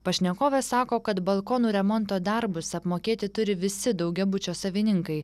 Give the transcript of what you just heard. pašnekovė sako kad balkonų remonto darbus apmokėti turi visi daugiabučio savininkai